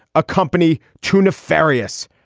a company to nefarious,